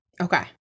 Okay